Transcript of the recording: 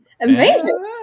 Amazing